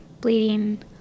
bleeding